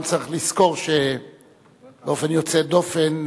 גם צריך לזכור שבאופן יוצא דופן,